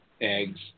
eggs